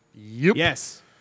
Yes